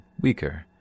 weaker